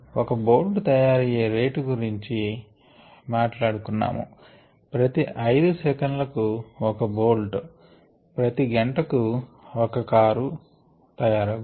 ఒక బోల్ట్ తయారయ్యే రేట్ గురించి మాట్లాడుకున్నాము ప్రతి 5 సెకన్ల కు ఒక బోల్ట్ ప్రతి ఒక గంట కు ఒక కారు తయారగును